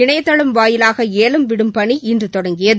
இணையதளம் வாயிலாக ஏலம் விடும் பணி இன்று தொடங்கியது